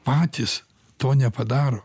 patys to nepadaro